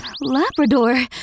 Labrador